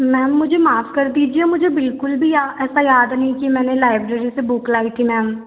ma'am मुझे माफ़ कर दीजिए मुझे बिल्कुल भी ऐसा याद नही कि मैंने लाइब्रेरी से बुक लाई थी मैम